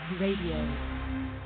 Radio